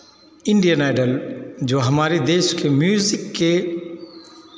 Indian Idol जो हमारे देश के म्यूज़िक के